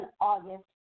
August